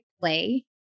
play